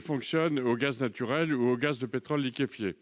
fonctionne au gaz naturel ou au gaz de pétrole liquéfié.